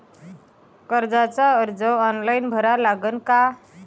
कर्जाचा अर्ज ऑनलाईन भरा लागन का?